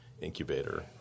incubator